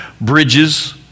Bridges